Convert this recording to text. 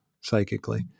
psychically